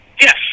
Yes